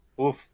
oof